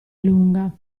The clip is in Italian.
lunga